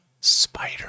Spider